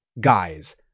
Guys